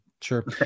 sure